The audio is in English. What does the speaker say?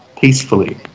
peacefully